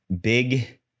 big